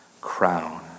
crown